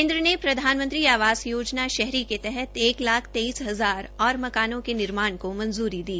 केन्द्र ने प्रधानमंत्री आवास योजना शहरी के तहत एक लाख तेईस हजार और मकानों के निर्माण को मंजूरी दी